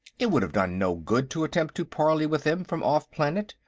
it would have done no good to attempt to parley with them from off-planet.